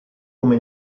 come